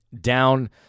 down